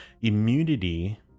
immunity